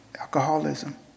alcoholism